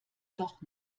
doch